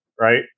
right